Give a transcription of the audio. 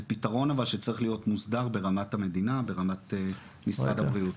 זה פתרון אבל שצריך להיות מוסדר ברמת המדינה וברמת משרד הבריאות.